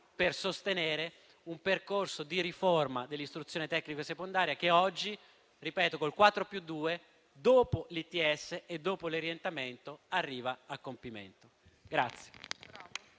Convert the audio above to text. per sostenere un percorso di riforma dell'istruzione tecnica secondaria, che oggi con il 4+2, dopo l'ITS e dopo l'orientamento, arriva a compimento.